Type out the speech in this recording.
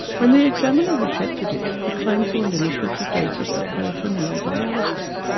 when the examiner rejected it, the claims were limited to data for peritoneal dialysis.